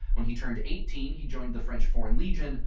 when he turned eighteen, he joined the french foreign legion,